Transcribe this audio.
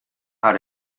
how